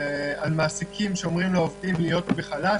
מעסיקים שאומרים לעובדים להיות בחל"ת,